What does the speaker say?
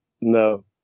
no